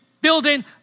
building